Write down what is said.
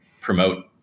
promote